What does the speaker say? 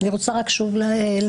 אני רוצה רק שוב להבין.